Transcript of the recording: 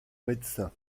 médecin